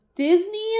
Disney